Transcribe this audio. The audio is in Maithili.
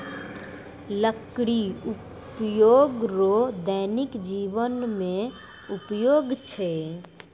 लकड़ी उपयोग रो दैनिक जिवन मे उपयोग छै